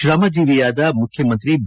ಶ್ರಮಜೀವಿ ಯಾದ ಮುಖ್ಯಮಂತ್ರಿ ಬಿ